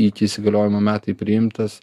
iki įsigaliojimo metai priimtas